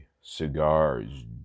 cigars